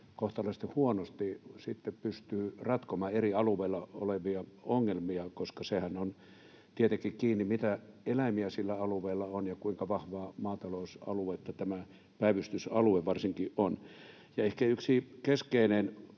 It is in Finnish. kohtalaisen huonosti pystyy ratkomaan eri alueilla olevia ongelmia, koska sehän on tietenkin kiinni siitä, mitä eläimiä sillä alueella on ja kuinka vahvaa maatalousaluetta varsinkin tämä päivystysalue on.